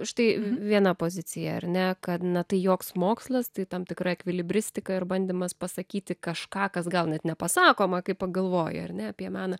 štai viena pozicija ar ne kad na tai joks mokslas tai tam tikra ekvilibristika ir bandymas pasakyti kažką kas gal net nepasakoma kai pagalvoji ar ne apie meną